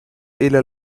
إلى